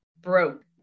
broke